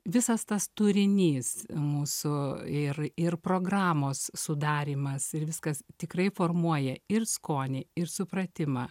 visas tas turinys mūsų ir ir programos sudarymas ir viskas tikrai formuoja ir skonį ir supratimą